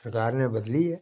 सरकार ने बदलियै